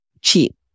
cheap